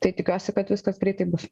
tai tikiuosi kad viskas greitai bus